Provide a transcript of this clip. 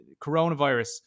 coronavirus